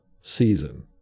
season